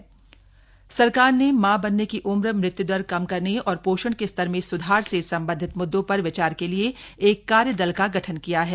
कार्यदल गठित केंद्र सरकार ने मां बनने की उम्र मृत्यु दर कम करने और पोषण के स्तर में सुधार से संबंधित मुद्दों पर विचार के लिए एक कार्य दल का गठन किया है